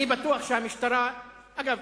אני בטוח שהמשטרה, אגב,